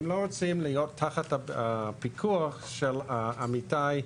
הם לא רוצים להיות תחת הפיקוח של עמיתיי